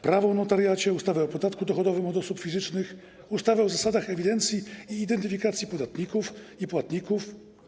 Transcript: Prawo o notariacie, ustawę o podatku dochodowym od osób fizycznych, ustawę o zasadach ewidencji i identyfikacji podatników i płatników,